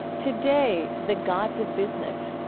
today, the gods of business.